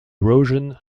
erosion